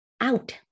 out